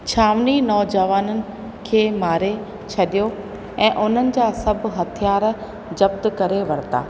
छावनी नौजवान खे मारे छॾियो ऐं उन्हनि जा सभ हथियार ज़ब्त करे वरिता